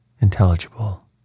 intelligible